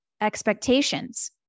expectations